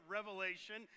Revelation